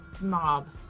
mob